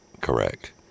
Correct